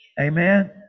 Amen